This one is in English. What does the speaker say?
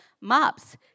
Mops